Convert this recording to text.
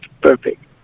perfect